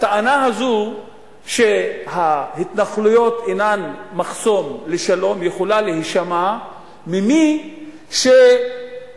הטענה הזאת שההתנחלויות אינן מחסום לשלום יכולה להישמע ממי שבעבר